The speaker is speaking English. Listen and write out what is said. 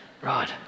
Right